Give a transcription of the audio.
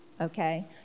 Okay